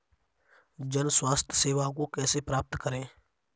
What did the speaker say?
जन स्वास्थ्य सेवाओं को कैसे प्राप्त करें?